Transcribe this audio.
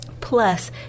plus